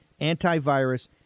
antivirus